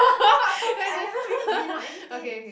but for me I haven't really been on any dates